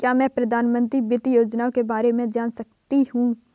क्या मैं प्रधानमंत्री वित्त योजना के बारे में जान सकती हूँ?